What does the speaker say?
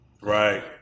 Right